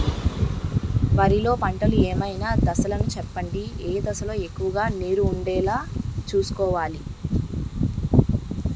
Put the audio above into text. వరిలో పంటలు ఏమైన దశ లను చెప్పండి? ఏ దశ లొ ఎక్కువుగా నీరు వుండేలా చుస్కోవలి?